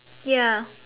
ya